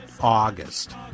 August